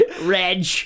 Reg